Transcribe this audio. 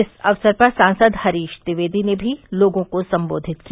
इस अवसर पर सांसद हरीश द्विवेदी ने भी लोगों को सम्बोधित किया